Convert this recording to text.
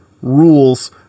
rules